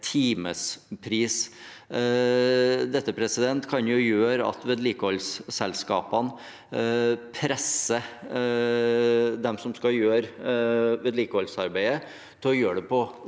timepris. Dette kan jo gjøre at vedlikeholdsselskapene presser dem som skal gjøre vedlikeholdsarbeidet, til å gjøre det på